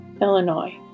Illinois